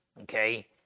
okay